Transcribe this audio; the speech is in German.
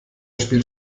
spiel